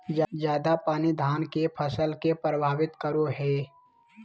ज्यादा पानी धान के फसल के परभावित करो है?